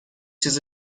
چیز